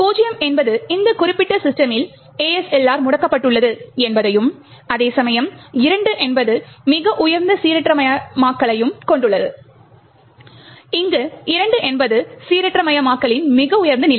0 என்பது அந்த குறிப்பிட்ட சிஸ்டமில் ASLR முடக்கப்பட்டுள்ளது என்பதையும் அதே சமயம் 2 என்பது மிக உயர்ந்த சீரற்றமயமாக்கலைக் கொண்டுள்ளது என்பதையும் இங்கு 2 என்பது சீரற்றமயமாக்கலின் மிக உயர்ந்த நிலை